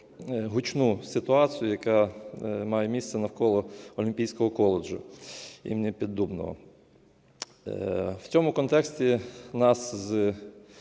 гучну ситуацію, яка має місце навколо Олімпійського коледжу імені Піддубного. У цьому контексті нас з